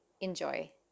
Enjoy